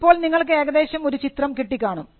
ഇപ്പോൾ നിങ്ങൾക്ക് ഏകദേശം ഒരു ചിത്രം കിട്ടിക്കാണും